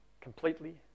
Completely